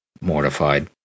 mortified